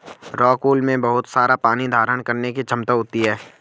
rockwool में बहुत सारा पानी धारण करने की क्षमता होती है